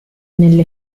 nelle